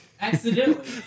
accidentally